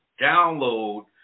download